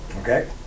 Okay